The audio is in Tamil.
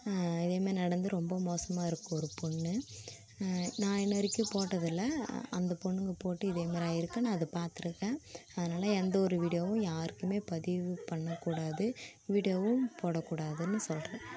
இதேமாதிரி நடந்து ரொம்ப மோசமாக இருக்கு ஒரு பொண்ணு நான் இன்று வரைக்கும் போட்டதில்லை அந்த பொண்ணுங்கள் போட்டு இதேமாதிரி ஆகியிருக்கு நான் அதை பாத்திருக்கேன் அதனால் எந்த ஒரு வீடியோவும் யாருக்கும் பதிவு பண்ணக்கூடாது வீடியோவும் போடக்கூடாதுன்னு சொல்கிறேன்